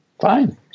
fine